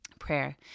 Prayer